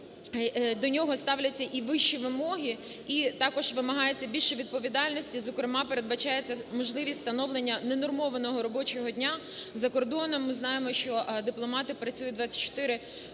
до нього ставляться і вищі вимоги, і також вимагається більше відповідальності, зокрема, передбачається можливість встановлення ненормованого робочого дня за кордоном. Ми знаємо, що дипломати працюють 24 години